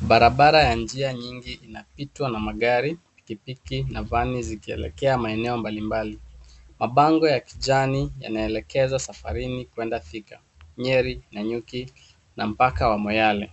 Barabara ya njia nyingi inapitwa na magari, pikipiki na van zikielekea maeneo mbalimbali. Mabango ya kijani yanaelekezwa safarini kwenda Thika, Nyeri, Nanyuki na mpaka wa Moyale.